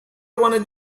want